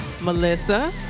Melissa